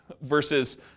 Versus